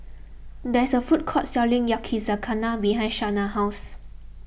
there is a food court selling Yakizakana behind Shanna's house